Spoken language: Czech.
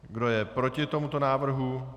Kdo je proti tomuto návrhu?